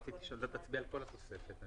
רציתי שאתה תצביע על כל התוספת.